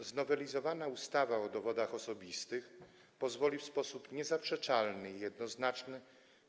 Znowelizowana ustawa o dowodach osobistych pozwoli w sposób niezaprzeczalny i jednoznaczny